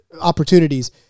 opportunities